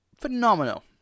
phenomenal